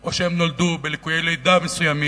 או שהם נולדו עם ליקויי לידה מסוימים,